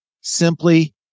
simply